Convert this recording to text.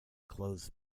clothes